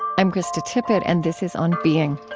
i'm krista tippett, and this is on being,